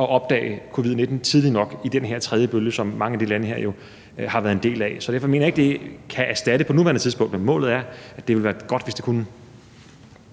at opdage covid-19 tidligt nok i den her tredje bølge, som mange af de her lande jo har været ramt af. Derfor mener jeg ikke, at det på nuværende tidspunkt kan erstatte det, men målet er, at det ville være godt, hvis det kunne.